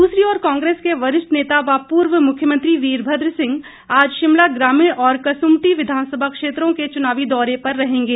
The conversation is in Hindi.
दूसरी कांग्रेस के वरिष्ठ नेता व पूर्व मुख्यमंत्री वीरभद्र सिंह आज शिमला ग्रामीण और कसुम्पटी विधानसभा क्षेत्रों के चुनावी दौरे पर रहेंगे